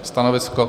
Stanovisko?